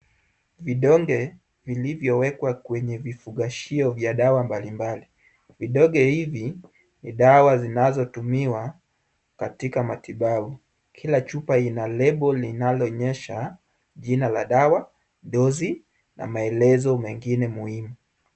Vidonge vilivyowekwa kwenye vifungashio vya dawa mbalimbali. Vidonge hivi ni dawa zinazotumiwa katika matibabu. Kila chupa ina lebo linaloonyesha jina la dawa, dosi na maelezo mengine muhimu.